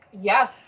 Yes